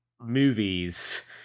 movies